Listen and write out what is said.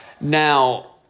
Now